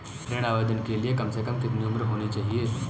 ऋण आवेदन के लिए कम से कम कितनी उम्र होनी चाहिए?